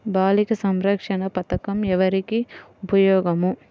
బాలిక సంరక్షణ పథకం ఎవరికి ఉపయోగము?